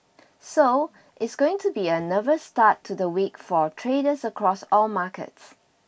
so it's going to be a nervous start to the week for traders across all markets